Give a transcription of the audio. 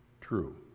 true